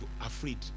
afraid